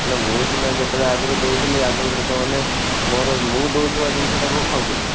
ନା ମୁଁ ସିନା ଯେତେବେଳେ ଆଗରୁ ଦେଉଥିଲି ଆଗରୁ ଲୋକମାନେ ମୋର ମୁଁ ଦେଉଥିବା ଜିନିଷଟାକୁ ଖାଉଥିଲେ